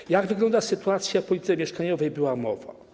O tym, jak wygląda sytuacja w polityce mieszkaniowej, była mowa.